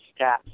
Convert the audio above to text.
stats